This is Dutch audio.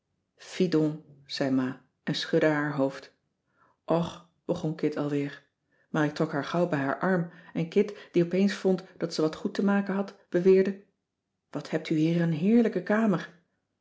donc zei ma en schudde haar hoofd och begon kit alweer maar ik trok haar gauw bij haar arm en kit die opeens vond dat ze wat goed te maken had beweerde wat hebt u hier een heerlijke kamer